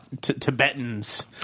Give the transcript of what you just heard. Tibetans